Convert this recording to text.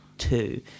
two